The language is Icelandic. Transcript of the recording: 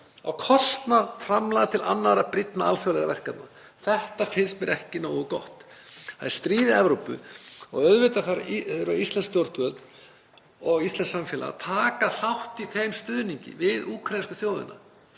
á kostnað framlaga til annarra brýnna alþjóðlegra verkefna.“ Þetta finnst mér ekki nógu gott. Það er stríð í Evrópu og auðvitað þurfa íslensk stjórnvöld og íslenskt samfélag að taka þátt í þeim stuðningi við úkraínsku þjóðina.